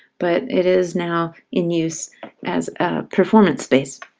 but it is now in use as a performance base.